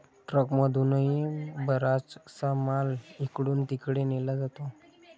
ट्रकमधूनही बराचसा माल इकडून तिकडे नेला जातो